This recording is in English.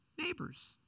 neighbors